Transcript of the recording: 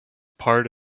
part